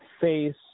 face